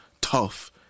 tough